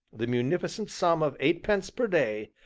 the munificent sum of eightpence per day,